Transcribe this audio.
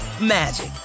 magic